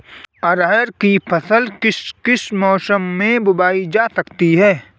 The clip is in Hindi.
अरहर की फसल किस किस मौसम में बोई जा सकती है?